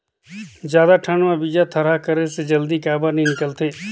जादा ठंडा म बीजा थरहा करे से जल्दी काबर नी निकलथे?